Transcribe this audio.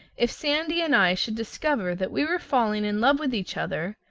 if sandy and i should discover that we were falling in love with each other,